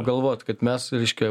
galvot kad mes reiškia